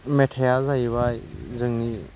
मेथाइआ जाहैबाय जोंनि